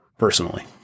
personally